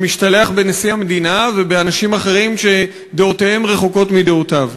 שמשתלח בנשיא המדינה ובאנשים אחרים שדעותיהם רחוקות מדעותיו.